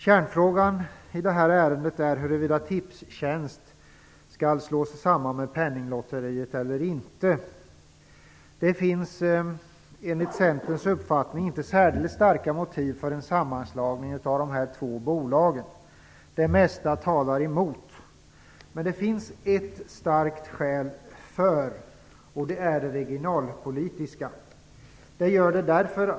Kärnfrågan i det här ärendet är huruvida Tipstjänst skall slås samman med Penninglotteriet eller inte. Det finns enligt Centerns uppfattning inte särdeles starka motiv för en sammanslagning av dessa två bolag. Det mesta talar emot en sådan. Men det finns ett skäl som starkt talar för en sammanslagning. Det är det regionalpolitiska skälet.